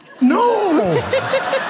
No